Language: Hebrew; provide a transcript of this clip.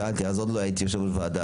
שאלתי אז עוד לא הייתי יושב-ראש ועדה,